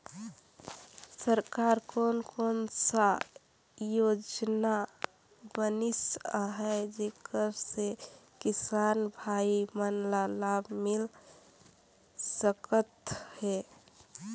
सरकार कोन कोन सा योजना बनिस आहाय जेकर से किसान भाई मन ला लाभ मिल सकथ हे?